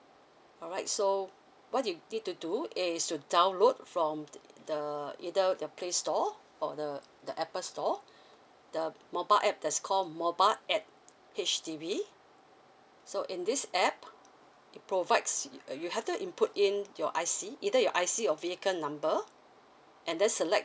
alright so what you need to do is to download from the the either the playstore or the the apple store the mobile app that is call mobile at H_D_B so in this app it provides you uh you have to input in your I_C either your I_C or vehicle number and then select